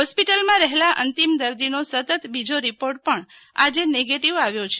હોસ્પિટલમાં રહેલા અંતિમ દર્દીનો સતત બીજો રિપોર્ટ પણ આજે નેગેટીવ આવ્યો છે